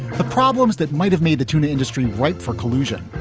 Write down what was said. the problems that might have made the tuna industry ripe for collusion.